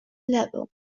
label